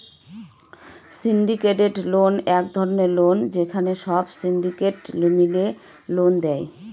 syndicated loan এক রকমের loan যেখানে সব সিন্ডিকেট মিলে লোন দেয়